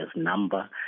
number